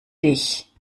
dich